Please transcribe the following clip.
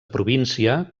província